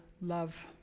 love